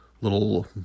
little